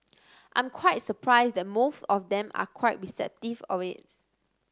I'm quite surprised that most of them are quite receptive of this